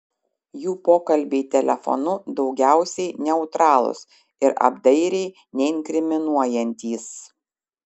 jų pokalbiai telefonu daugiausiai neutralūs ir apdairiai neinkriminuojantys